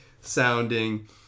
sounding